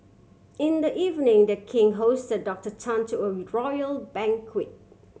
in the evening The King hosted Doctor Tan to a royal banquet